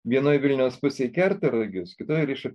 vienoje vilniaus pusėje kerta rugius kitoje riša